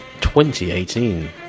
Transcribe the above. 2018